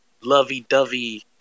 lovey-dovey